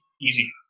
easy